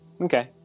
Okay